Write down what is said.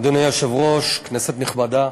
אדוני היושב-ראש, כנסת נכבדה,